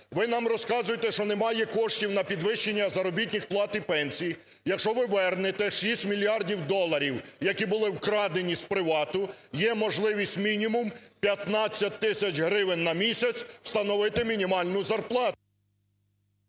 Ви нам розказуєте, що немає коштів на підвищення заробітних плат і пенсій. Якщо ви вернете 6 мільярдів доларів, які були вкрадені з "Привату", є можливість мінімум 15 тисяч гривень на місяць встановити мінімальну зарплату…